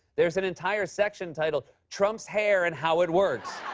there's an entire section titled trump's hair and how it works.